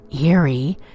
eerie